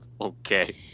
Okay